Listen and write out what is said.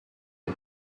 les